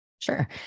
Sure